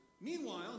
Meanwhile